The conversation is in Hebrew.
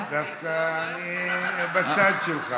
לא, דווקא אני בצד שלך.